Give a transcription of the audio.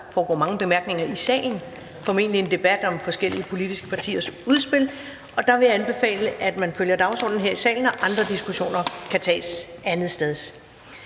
der er mange bemærkninger i salen – det gælder formentlig en debat om forskellige politiske partiers udspil, og der vil jeg anbefale, at man følger dagsordenen her i salen, og at andre diskussioner kan tages andetsteds.